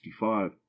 1965